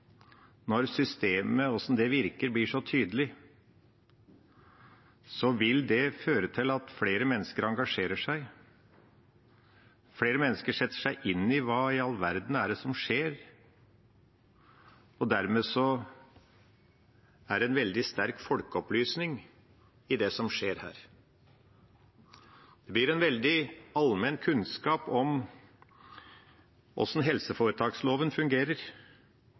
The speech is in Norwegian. når systemet og hvordan det virker, blir så tydelig, vil det føre til at flere mennesker engasjerer seg, at flere mennesker setter seg inn i hva i all verden det er som skjer. Dermed er det en veldig sterk folkeopplysning i det som skjer her. Det blir en veldig allmenn kunnskap om hvordan helseforetaksloven fungerer.